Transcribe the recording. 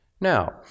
Now